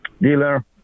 dealer